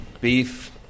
Beef